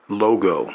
logo